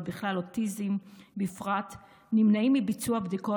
בכלל ואוטיזם בפרט נמנעים מביצוע בדיקות,